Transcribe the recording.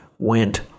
Went